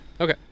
Okay